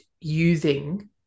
using